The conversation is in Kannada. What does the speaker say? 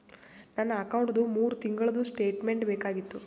ನನ್ನ ಅಕೌಂಟ್ದು ಮೂರು ತಿಂಗಳದು ಸ್ಟೇಟ್ಮೆಂಟ್ ಬೇಕಾಗಿತ್ತು?